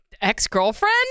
ex-girlfriend